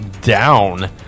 down